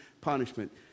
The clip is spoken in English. punishment